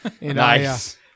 Nice